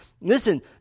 Listen